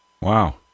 Wow